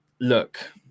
Look